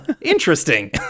Interesting